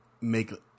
make